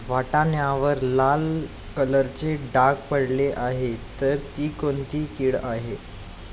वाटाण्यावर लाल कलरचे डाग पडले आहे तर ती कोणती कीड आहे?